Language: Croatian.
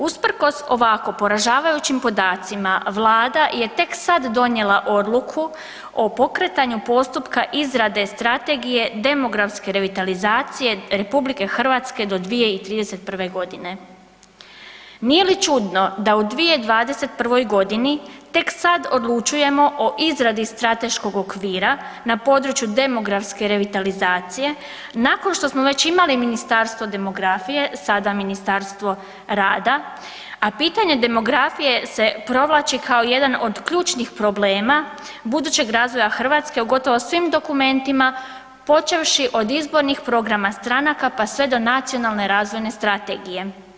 Usprkos ovako poražavajućim podacima, Vlada je tek sad donijela odluku o pokretanju postupka izrade Strategije demografske revitalizacije RH do 2031. g. Nije li čudno da u 2021. g. tek sad odlučujemo o izradi strateškog okvira na području demografske revitalizacije nakon što smo već imali Ministarstvo demografije, sada Ministarstvo rada, a pitanje demografije se provlači kao jedan od ključnih problema budućeg razvoja Hrvatske u gotovo svim dokumentima, počevši od izbornih programa stranaka pa sve do Nacionalne razvojne strategije.